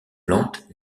plantes